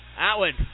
Atwood